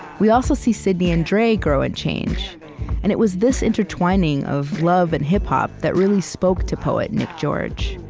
we also see sidney and dre grow and change and it was this intertwining of love and hip-hop that really spoke to poet nick george.